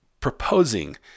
proposing